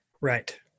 Right